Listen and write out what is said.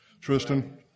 Tristan